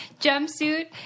jumpsuit